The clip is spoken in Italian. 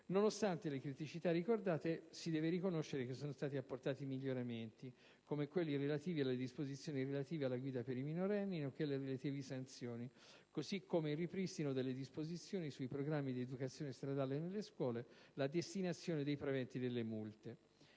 Nonostante le criticità ricordate, occorre riconoscere che sono stati apportati miglioramenti, come quelli relativi alle disposizioni sulla guida per i minorenni e alle relative sanzioni, così come al ripristino delle disposizioni sui programmi di educazione stradale nelle scuole e alla destinazione dei proventi delle multe.